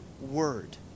word